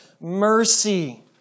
mercy